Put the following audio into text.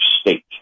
state